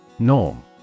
Norm